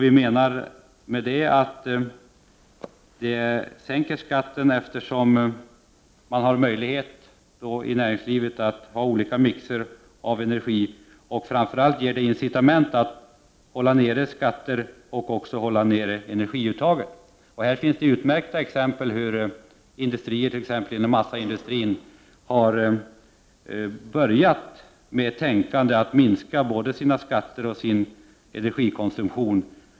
Vi menar att det sänker skatten, eftersom man i näringslivet har möjlighet att använda olika mixer av energi. Framför allt utgör det incitament till att hålla nere skatter och att även hålla nere energiuttaget. Här finns det utmärkta exempel på hur företag inom massaindustrin har börjat tänka på att minska både sina skatter och sin energikonsumtion.